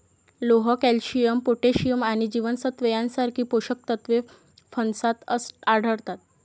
लोह, calcium, potassium आणि जीवनसत्त्वे यांसारखी पोषक तत्वे फणसात आढळतात